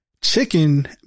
chicken